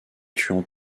tuant